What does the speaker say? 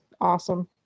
awesome